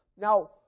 Now